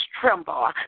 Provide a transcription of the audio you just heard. tremble